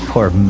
Poor